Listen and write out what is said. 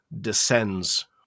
descends